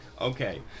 Okay